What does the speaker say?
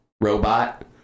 Robot